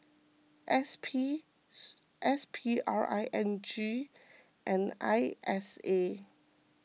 S P S P R I N G and I S A